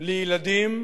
לילדים